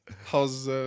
how's